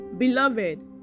Beloved